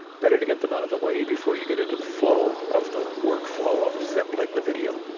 better to get them out of the way before you get into the flow of the workflow of assembling the video.